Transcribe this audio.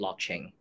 blockchain